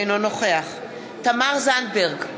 אינו נוכח תמר זנדברג,